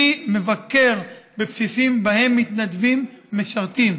אני מבקר בבסיסים שבהם מתנדבים משרתים,